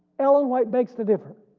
ellen white begs the differ.